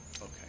okay